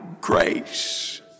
grace